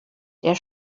der